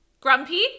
grumpy